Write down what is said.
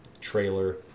trailer